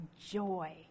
joy